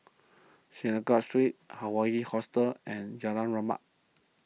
Synagogue Street Hawaii Hostel and Jalan Rahmat